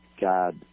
God